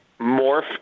morph